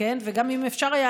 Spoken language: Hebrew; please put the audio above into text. וגם אם אפשר היה,